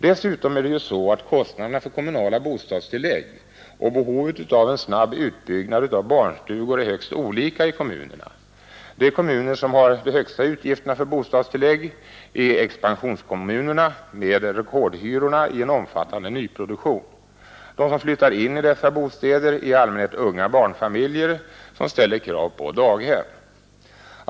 Dessutom är det ju så att kostnaderna för kommunala bostadstillägg och behovet av snabb utbyggnad av barnstugor är högst olika i kommunerna. De kommuner som har de högsta utgifterna för bostadstillägg är ju expansionskommunerna med rekordhyrorna i en omfattande nyproduktion. De som flyttar in i dessa bostäder är i allmänhet unga barnfamiljer som ställer krav på daghem.